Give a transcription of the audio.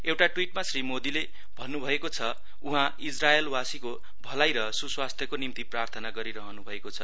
एउटा ट्विटमा श्री मोदीले भन्नुभएको छ उहाँ इज्रायलवासीको भलाई र सुस्वास्थ्य को निमत् प्रार्थना गरिरहनु भएको छ